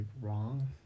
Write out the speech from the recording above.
wrong